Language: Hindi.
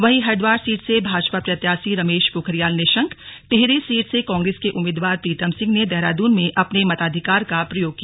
वहीं हरिद्वार सीट से भाजपा प्रत्याशी रमेश पोखरियाल निशंक टिहरी सीट से कांग्रेस के उम्मीदवार प्रीतम सिंह ने देहरादून में अपने मताधिकार का प्रयोग किया